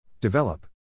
Develop